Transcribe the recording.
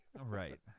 Right